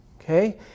Okay